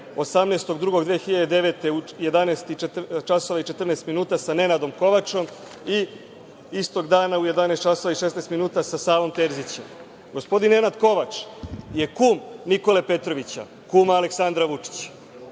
18.2.2009. godine u 11,40 časova sa Nenadom Kovačom i istog dana u 11,16 časova sa Savom Terzićem. Gospodin Nenad Kovač je kum Nikole Petrovića, kuma Aleksandra Vučića.